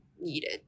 needed